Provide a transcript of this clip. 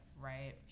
right